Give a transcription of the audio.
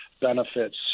benefits